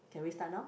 can we start now